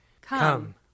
Come